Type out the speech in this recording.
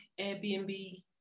Airbnb